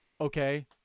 Okay